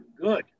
good